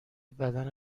بدن